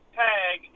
tag